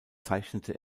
zeichnete